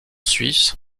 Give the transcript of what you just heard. suisse